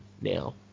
now